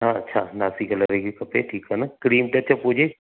हा अच्छा नासी कलर जी खपे ठीक आहे न क्रीम टच अप हुजे